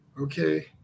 okay